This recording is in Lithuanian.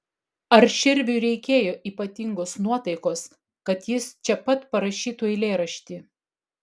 ar širviui reikėjo ypatingos nuotaikos kad jis čia pat parašytų eilėraštį